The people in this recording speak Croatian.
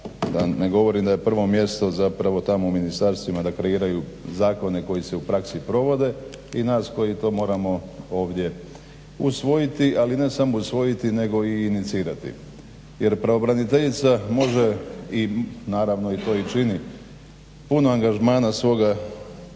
ne govorim da je prvo mjesto zapravo tamo u ministarstvima da kreiraju zakone koji se u praksi provode i nas koji to moramo ovdje usvojiti, ali ne samo usvojiti nego i inicirati. Jer pravobraniteljica može i naravno to i čini puno angažmana svoga dati na